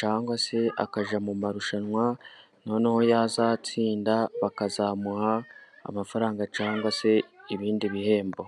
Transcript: cyangwa se akajya mu marushanwa. Noneho yazatsinda bakazamuha amafaranga, cyangwa se ibindi bihembo.